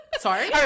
Sorry